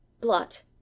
blot